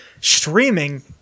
streaming